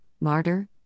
martyr